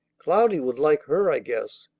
cloudy would like her, i guess.